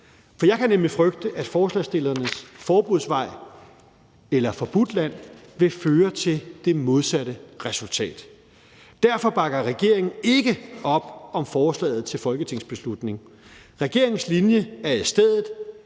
For jeg kan nemlig frygte, at forslagsstillernes forbudsvej eller Forbudtland vil føre til det modsatte resultat. Derfor bakker regeringen ikke op om forslaget til folketingsbeslutning. Regeringens linje er i stedet,